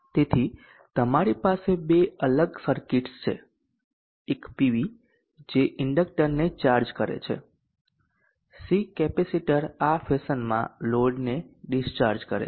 તેથી તમારી પાસે બે અલગ સર્કિટ્સ છે એક પીવી જે ઇન્ડક્ટરને ચાર્જ કરે છે C કેપેસિટર આ ફેશનમાં લોડને ડિસ્ચાર્જ કરે છે